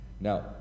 Now